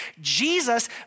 Jesus